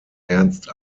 ernst